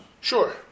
Sure